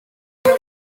andi